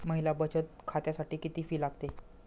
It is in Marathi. महिला बचत खात्यासाठी किती फी लागते?